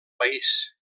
país